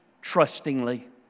trustingly